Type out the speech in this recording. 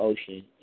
Ocean